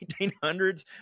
1800s